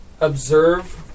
observe